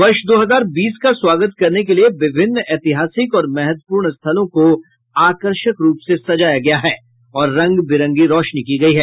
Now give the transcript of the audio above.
वर्ष दो हजार बीस का स्वागत करने के लिए विभिन्न ऐतिहासिक और महत्वपूर्ण स्थलों को आकर्षक रूप से सजाया गया है और रंगबिरंगी रोशनी की गई है